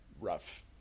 rough